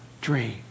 dream